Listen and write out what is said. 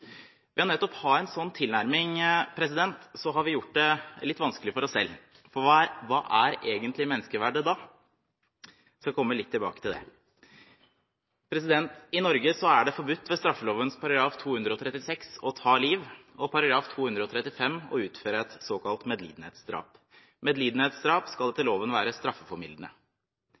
Ved nettopp å ha en sånn tilnærming har vi gjort det litt vanskelig for oss selv, for hva er egentlig menneskeverdet da? Jeg skal komme litt tilbake til det. I Norge er det forbudt ved straffelovens § 236 å ta liv og ved § 235 å utføre et såkalt medlidenhetsdrap. Medlidenhetsdrap skal etter loven være